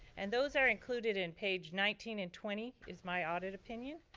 and those are included in page nineteen and twenty, is my audit opinion.